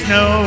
no